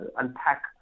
unpack